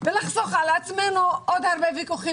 נתחיל ונחסוך מאתנו עוד הרבה ויכוחים